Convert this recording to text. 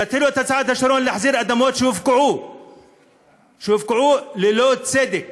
תתחילו את הצעד הראשון להחזיר אדמות שהופקעו ללא צדק